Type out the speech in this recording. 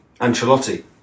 Ancelotti